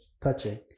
touching